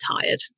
tired